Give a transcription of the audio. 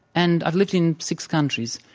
and i've lived in six countries.